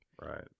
Right